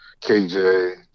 KJ